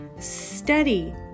study